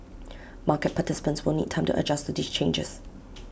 market participants will need time to adjust to these changes